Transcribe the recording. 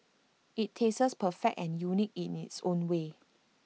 IT tastes perfect and unique in its own way